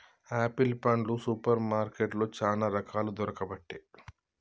apple పండ్లు super మార్కెట్లో చానా రకాలు దొరుకబట్టె